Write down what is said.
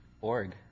Org